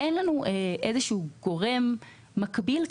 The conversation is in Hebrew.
אין איזשהו גורם מקביל,